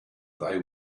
they